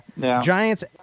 Giants